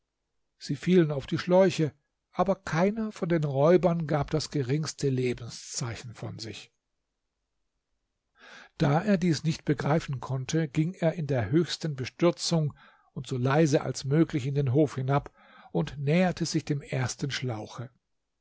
sie fielen auf die schläuche aber keiner von den räubern gab das geringste lebenszeichen von sich da er dies nicht begreifen konnte ging er in der höchsten bestürzung und so leise als möglich in den hof hinab und näherte sich dem ersten schlauche